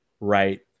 right